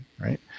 right